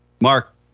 Mark